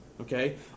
okay